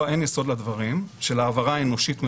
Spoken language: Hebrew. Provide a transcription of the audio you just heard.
אין יסוד לדברים של העברה אנושית מכוונת,